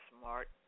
Smart